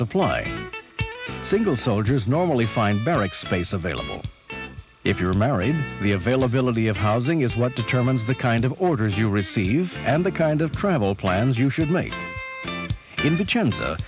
supply single soldiers normally find barracks space available if you're married the availability of housing is what determines the kind of orders you receive and the kind of travel plans you should make in